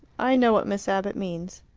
i know what miss abbott means.